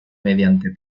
mediante